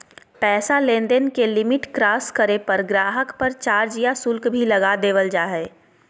पैसा लेनदेन के लिमिट क्रास करे पर गाहक़ पर चार्ज या शुल्क भी लगा देवल जा हय